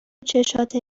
چشاته